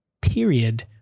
period